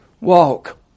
walk